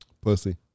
Pussy